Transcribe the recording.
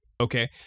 okay